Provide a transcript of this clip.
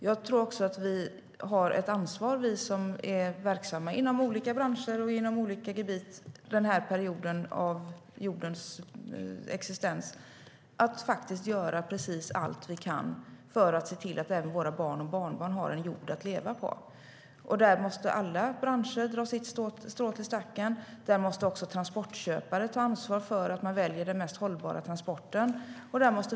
Jag tror också att vi som är verksamma inom olika branscher och olika gebit under den här perioden av jordens existens har ett ansvar att faktiskt göra precis allt vi kan för att se till att även våra barn och barnbarn har en jord att leva på. Alla branscher måste dra sitt strå till stacken, och alla transportköpare måste ta ansvar för att välja den mest hållbara transporten.